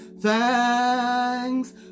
thanks